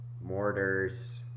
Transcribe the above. mortars